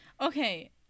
okay